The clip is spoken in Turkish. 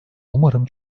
umarım